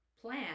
plan